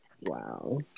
Wow